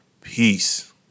peace